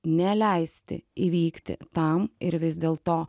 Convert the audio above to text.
neleisti įvykti tam ir vis dėlto